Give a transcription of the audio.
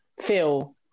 feel